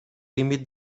límit